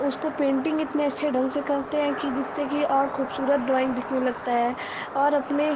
उसको पेंटिंग इतने अच्छे ढंग से करते हैं कि जिससे कि और खूबसूरत ड्रॉइंग दिखने लगता है और अपने